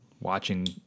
watching